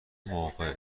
موقع